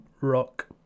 Rock